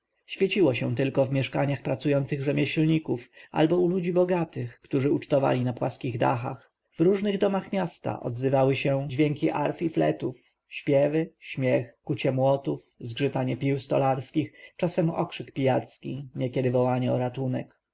świeciło się tylko w mieszkaniach pracujących rzemieślników albo u ludzi bogatych którzy ucztowali na płaskich dachach w różnych domach miasta odzywały się dźwięki arf i fletów śpiewy śmiechy kucie młotów zgrzytanie pił stolarskich czasem okrzyk pijacki niekiedy wołanie o ratunek